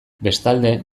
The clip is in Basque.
bestalde